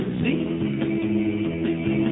see